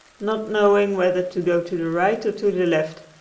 not knowing whether to go to the right or to the left.